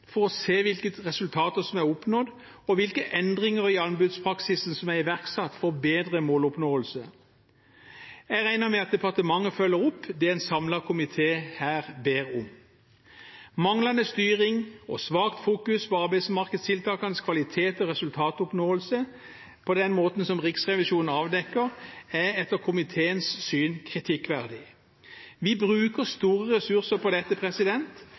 for å se hvilke resultater som er oppnådd, og hvilke endringer i anbudspraksisen som er iverksatt for å bedre måloppnåelsen. Jeg regner med at departementet følger opp det en samlet komité her ber om. Manglende styring og svakt fokus på arbeidsmarkedstiltakenes kvalitet og resultatoppnåelse på den måten som Riksrevisjonen avdekker, er etter komiteens syn kritikkverdig. Vi bruker store ressurser på dette,